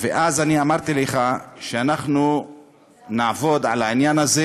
ואז אני אמרתי לך שאנחנו נעבוד על העניין הזה,